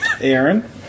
Aaron